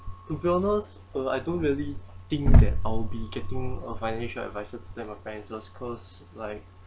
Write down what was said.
to be honest uh I don't really think that I'll be getting a financial adviser for my finances cause like